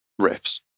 riffs